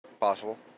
Possible